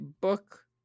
book